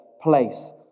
place